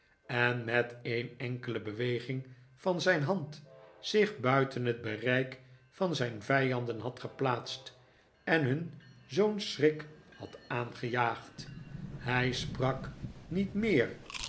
en met een enkele beweging van zijn hand zich buiten het bereik van zijn vijanden had geplaatst en hun zoo'n schrik had aangejaagd hij sprak niet meer